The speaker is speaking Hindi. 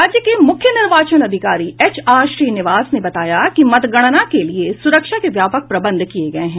राज्य के मुख्य निर्वाचन अधिकारी एचआर श्रीनिवास ने बताया कि मतगणना के लिये सुरक्षा के व्यापक प्रबंध किये गये हैं